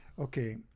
Okay